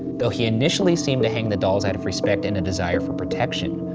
though he initially seemed to hang the dolls out of respect and a desire for protection,